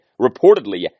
reportedly